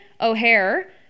O'Hare